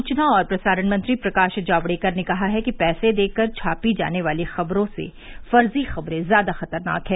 सूचना और प्रसारण मंत्री प्रकाश जावड़ेकर ने कहा है कि पैसे देकर छापी जाने वाली खबरों से फर्जी खबरें ज्यादा खतरनाक हैं